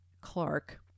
Clark